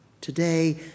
Today